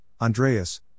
Andreas